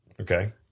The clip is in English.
Okay